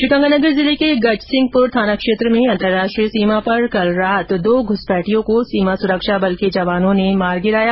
श्रीगंगानगर जिले के गजसिंहपुर थाना क्षेत्र में अंतरराष्ट्रीय सीमा पर कल रात दो घुसपैठियों को सीमा सुरक्षा बल के जवानों ने मार गिराया